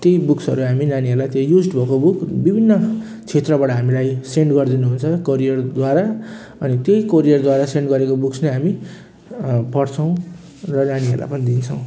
त्यही बुक्सहरू हामी नानीहरूलाई त्यही युज्ड भएको बुक विभिन्न क्षेत्रबाट हामीलाई सेन्ड गरिदिनु हुन्छ कोरियर द्वारा अनि त्यही कोरियरद्वारा सेन्ड गरिएको बुक्स नै हामी पढ्छौँ र नानीहरूलाई पनि दिन्छौँ